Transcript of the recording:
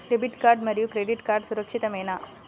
Debit card మరియు credit card సురక్షితమేనా?